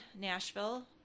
Nashville